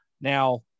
Now